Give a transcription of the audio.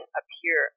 appear